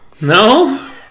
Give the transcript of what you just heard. No